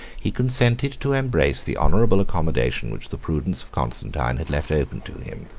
he consented to embrace the honorable accommodation which the prudence of constantine had left open to him.